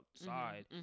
outside